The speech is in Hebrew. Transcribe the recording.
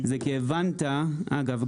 כי הבנת אגב,